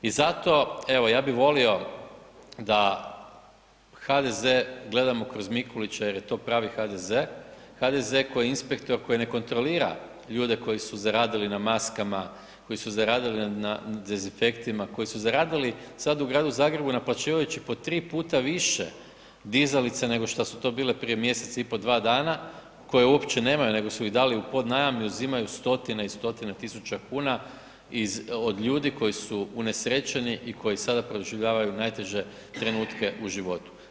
I zato evo, ja bih volio da HDZ gledamo kroz Mikulića jer je to pravi HDZ, HDZ koji je inspektor, koji ne kontrolira ljude koji su zaradili na maskama, koji su zaradili na dezinfektima, koji su zaradili sad u gradu Zagrebu naplaćivajući po 3 puta više dizalice nego što su to bile prije mjesec, i pol, 2 dana koje uopće nemaju nego su ih dali u podnajam i uzimaju stotine i stotine tisuća kuna iz, od ljudi koji su unesrećeni i koji sada proživljavaju najteže trenutke u životu.